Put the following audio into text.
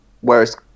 Whereas